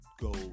go